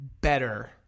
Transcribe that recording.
better